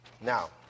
Now